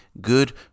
good